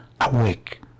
awake